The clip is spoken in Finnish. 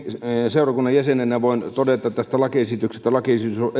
seurakunnan jäsenenä voin todeta tästä lakiesityksestä että lakiesitys on